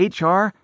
HR